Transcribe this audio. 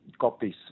copies